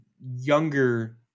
younger